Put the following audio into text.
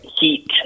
heat